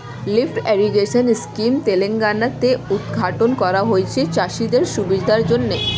lift irrigation scheme Telangana তে উদ্ঘাটন করা হয়েছে চাষিদের সুবিধার জন্যে